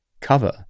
cover